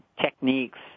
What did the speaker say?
techniques